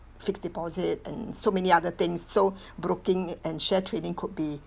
fixed deposit and so many other things so broking and share trading could be